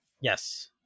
Yes